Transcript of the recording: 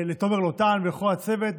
לתומר לוטן, ולכל הצוות.